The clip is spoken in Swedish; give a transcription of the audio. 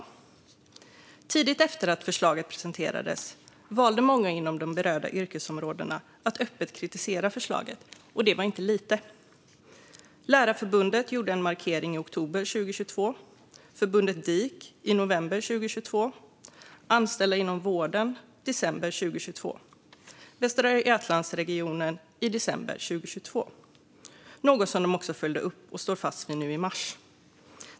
Strax efter att förslaget presenterats valde många inom de berörda yrkesområdena att öppet kritisera förslaget, och inte lite heller. Lärarförbundet gjorde en markering i oktober 2022, fackförbundet Dik i november 2022, anställda inom vården i december 2022 och Västra Götalandsregionen i december 2022 - något som de också följde upp och stod fast vid i mars.